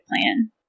plan